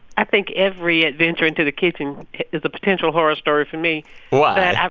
i think every adventure into the kitchen is a potential horror story for me why?